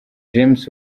james